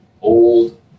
old